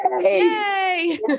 Yay